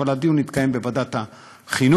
אבל הדיון יתקיים בוועדת החינוך.